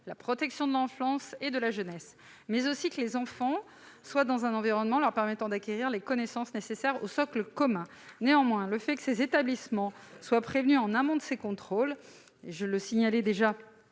la protection de l'enfance et de la jeunesse, mais aussi que les enfants soient dans un environnement leur permettant d'acquérir les connaissances nécessaires au socle commun. Néanmoins, le fait que ces établissements soient prévenus en amont de ces contrôles- j'ai déjà